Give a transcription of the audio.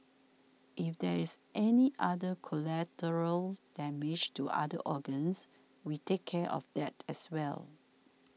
if there is any other collateral damage to other organs we take care of that as well